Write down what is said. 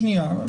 שנייה,